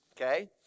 okay